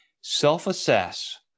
self-assess